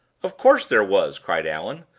of course there was! cried allan,